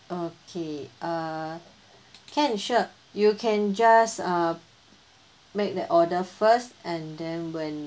okay uh can sure you can just uh make the order first and then when